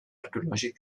arqueològic